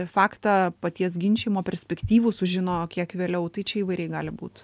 faktą paties ginčijimo perspektyvų sužinojo kiek vėliau tai čia įvairiai gali būt